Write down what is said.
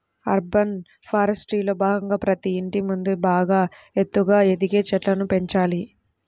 urban ఫారెస్ట్రీలో భాగంగా ప్రతి ఇంటి ముందు బాగా ఎత్తుగా ఎదిగే చెట్లను పెంచాలి